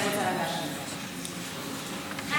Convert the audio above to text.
אחרי 7 באוקטובר זה ברור, אבל אם רוצים יותר